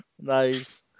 Nice